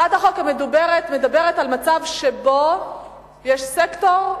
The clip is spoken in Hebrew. הצעת החוק המדוברת מדברת על מצב שבו יש סקטור,